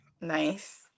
nice